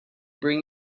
bring